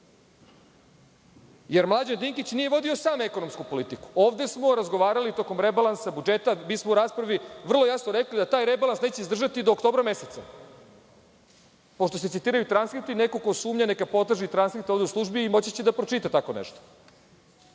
Mlađan Dinkić, nije vodio sam ekonomsku politiku. Ovde smo razgovarali tokom rebalansa budžeta, mi smo u raspravi vrlo jasno rekli da taj rebalans neće izdržati do oktobra meseca. Pošto se citiraju transkripti, neko ko sumnja neka potraži transkripte u službi i moći će da pročita tako nešto.